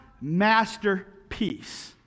masterpiece